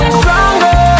stronger